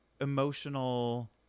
emotional